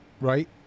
right